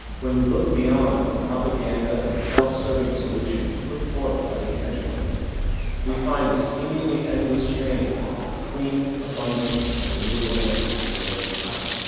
when we look beyond the propaganda and self-serving solutions put forth by the energy companies we find a seemingly endless stream of clean abundant and renewable energy for generating power.